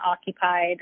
occupied